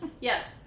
Yes